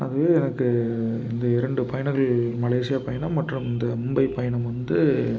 அது எனக்கு இந்த இரண்டு பயணங்கள் மலேசியா பயணம் மற்றும் இந்த மும்பை பயணம் வந்து